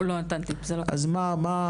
הוא לא נתן טיפ, זה לא קשור אז מה הפואנטה?